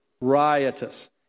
riotous